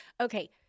Okay